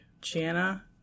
Jana